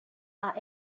are